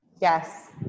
Yes